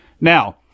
Now